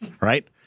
right